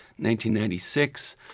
1996